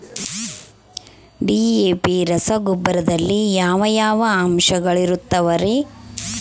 DAP ರಸಗೊಬ್ಬರದಲ್ಲಿ ಯಾವ ಯಾವ ಅಂಶಗಳಿರುತ್ತವರಿ?